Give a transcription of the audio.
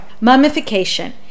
mummification